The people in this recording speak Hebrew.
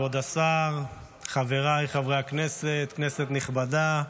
כבוד השר, חבריי חברי הכנסת, כנסת נכבדה,